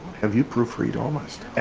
have you proofread all my